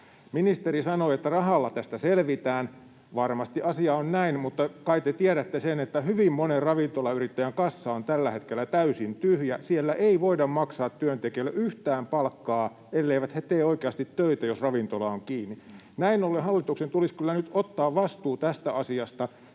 Ministeri sanoi, että rahalla tästä selvitään. Varmasti asia on näin, mutta kai te tiedätte sen, että hyvin monen ravintolayrittäjän kassa on tällä hetkellä täysin tyhjä? Siellä ei voida maksaa työntekijälle yhtään palkkaa, elleivät he tee oikeasti töitä, jos ravintola on kiinni. Näin ollen hallituksen tulisi kyllä nyt ottaa vastuu tästä asiasta